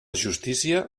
justícia